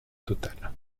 total